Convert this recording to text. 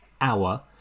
hour